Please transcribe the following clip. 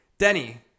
Denny